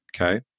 Okay